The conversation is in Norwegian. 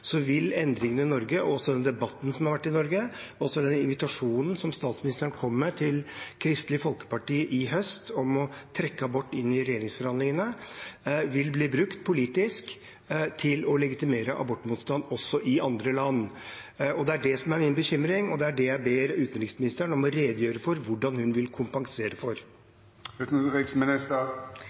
vil endringene i Norge, den debatten som har vært i Norge, og også den invitasjonen som statsministeren kom med til Kristelig Folkeparti i høst om å trekke abort inn i regjeringsforhandlingene, bli brukt politisk til å legitimere abortmotstand også i andre land. Det er det som er min bekymring, og det er det jeg ber utenriksministeren om å redegjøre for hvordan hun vil kompensere